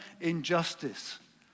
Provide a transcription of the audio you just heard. injustice